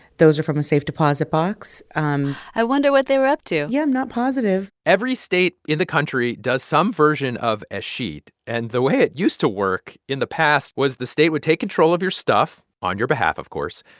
those were from a safe deposit box um i wonder what they were up to yeah, i'm not positive every state in the country does some version of escheat. and the way it used to work in the past was the state would take control of your stuff, on your behalf, of course,